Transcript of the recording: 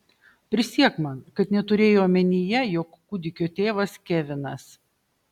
prisiek man kad neturėjai omenyje jog kūdikio tėvas kevinas